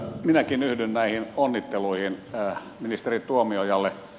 minäkin yhdyn näihin onnitteluihin ministeri tuomiojalle